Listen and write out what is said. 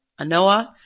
Anoa